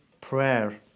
prayer